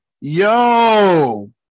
yo